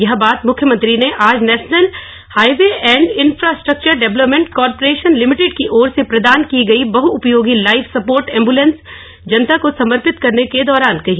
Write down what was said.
यह बात मुख्यमंत्री ने आज national highway and infrastructure development corporation limited की ओर से प्रदान की गई बहु उपयोगी लाइफ सपोर्ट एंबुलेंस जनता को समर्पित करने के दौरान कही